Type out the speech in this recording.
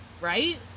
Right